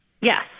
Yes